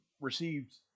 received